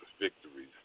victories